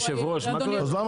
אבל עובדה שלא